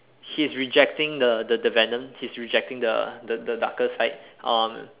he's rejecting the the the venom he's rejecting the the the darker side